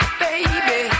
baby